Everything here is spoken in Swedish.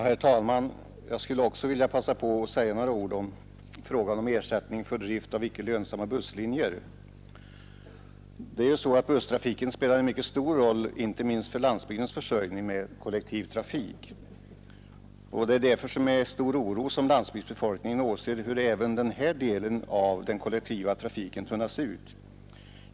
Herr talman! Jag skulle också vilja passa på att säga några ord om frågan om ersättning för drift av icke lönsamma busslinjer. Busstrafiken spelar ju en mycket stor roll inte minst för landsbygdens försörjning med kollektiv trafik. Det är därför med stor oro landsbygdsbefolkningen åser hur även denna del av den kollektiva trafiken tunnas ut.